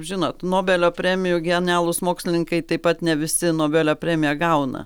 žinot nobelio premijų genialūs mokslininkai taip pat ne visi nobelio premiją gauna